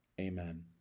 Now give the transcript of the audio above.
amen